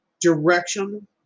direction